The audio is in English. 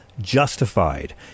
justified